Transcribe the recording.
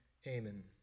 Haman